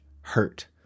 hurt